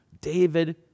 David